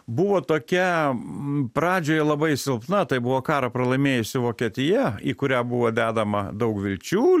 buvo tokia pradžioj labai silpna tai buvo karą pralaimėjusi vokietija į kurią buvo dedama daug vilčių